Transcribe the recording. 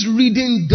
reading